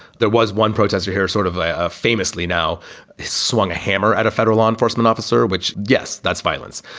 there was one protester here sort of ah famously now swung a hammer at a federal law enforcement officer, which, yes, that's violence.